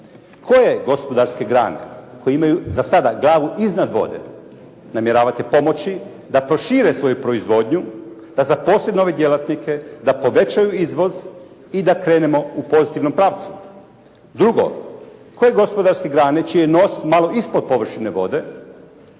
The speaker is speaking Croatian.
koje gospodarske grane koje imaju za sada glavu iznad vode, namjeravate pomoći da prošire svoju proizvodnju, da zaposle nove djelatnike, da povećaju izvoz i da krenemo u pozitivnom pravcu. Drugo, koje gospodarske grane čiji je nos malo ispod površine vode